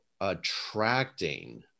attracting